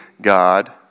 God